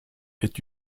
est